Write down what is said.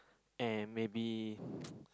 and maybe